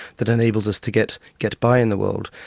that enables us to get get by in the world.